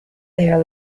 there